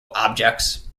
objects